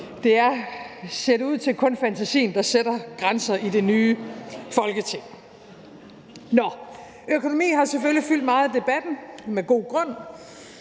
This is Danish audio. Det er, ser det ud til, kun fantasien, der sætter grænser i det nye Folketing. Nå, økonomi har selvfølgelig fyldt meget i debatten, med god grund.